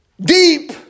Deep